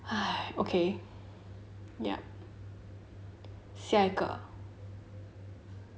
okay ya 下一个